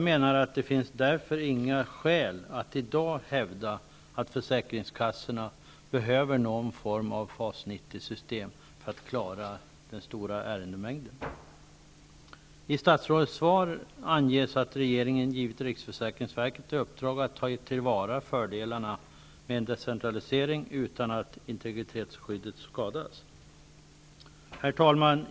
Därför finns det inga skäl att i dag hävda att försäkringskassorna behöver någon form av FAS 90-system för att klara den stora ärendemängden. I statsrådets svar anges att regeringen har givit riksförsäkringsverket i uppdrag att ta till vara fördelarna med en decentralisering utan att integritetsskyddet skadas. Herr talman!